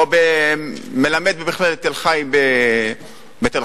או מלמד במכללת "תל-חי" בתל-חי,